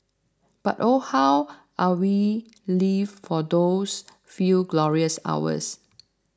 but oh how are we lived for those few glorious hours